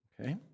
Okay